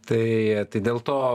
taai tai dėl to